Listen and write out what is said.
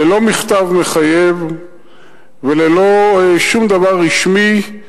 ללא מכתב מחייב וללא שום דבר רשמי,